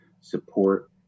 support